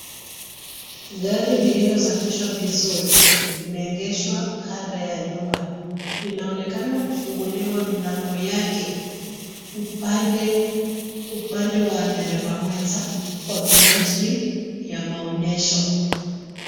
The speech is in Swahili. Gari lililosafiswa vizuri limeegeshwa kando ya nyumba. Linaonekana kufunguliwa milango yake upande wa dereva mwenza kwa minajili ya maonyesho.